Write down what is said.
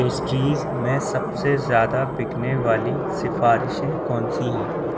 pastries میں سب سے زیادہ بکنے والی سفارشیں کون سی ہیں